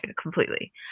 Completely